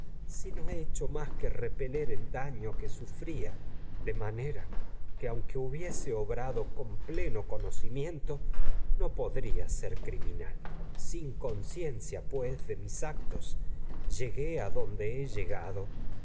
depravada que no hecho que repeler el daño sufría de manera que no aunque hubiese obrado con pleno conoci miento podría ser criminal sin conciencia pues mientras con que de los mis actos llegué adonde he llegado